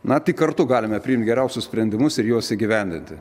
na tik kartu galime priimt geriausius sprendimus ir juos įgyvendinti